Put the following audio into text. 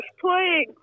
playing